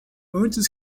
antes